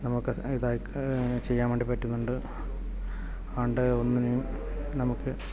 നമുക്ക് ചെയ്യാൻവേണ്ടി പറ്റുന്നുണ്ട് അതുകൊണ്ട് ഒന്നിനെയും നമുക്ക്